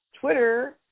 twitter